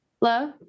Love